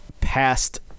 past